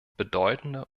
bedeutende